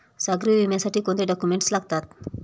सागरी विम्यासाठी कोणते डॉक्युमेंट्स लागतात?